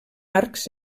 arcs